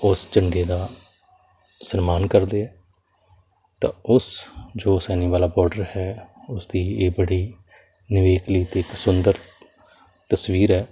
ਉਸ ਝੰਡੇ ਦਾ ਸਨਮਾਨ ਕਰਦੇ ਆ ਤਾ ਉਸ ਜੋ ਹੁਸੈਨੀਵਾਲਾ ਬਾਰਡਰ ਹੈ ਉਸਦੀ ਇਹ ਬੜੀ ਨਿਵੇਕਲੀ ਅਤੇ ਸੁੰਦਰ ਤਸਵੀਰ ਹੈ